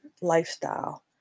lifestyle